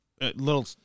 little